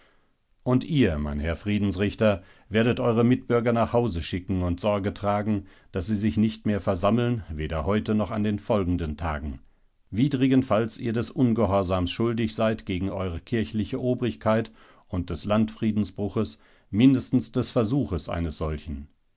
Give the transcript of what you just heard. und ihr mein herr friedensrichter werdet eure mitbürger nach hause schicken und sorge tragen daß sie sich nicht mehr versammeln weder heute noch an den folgenden tagen widrigenfalls ihr des ungehorsams schuldig seid gegen eure kirchliche obrigkeit und des landfriedensbruches mindestens des versuches eines solchen